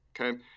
Okay